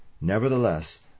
Nevertheless